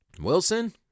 Wilson